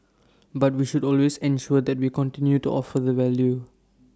but we should always ensure that we continue to offer the value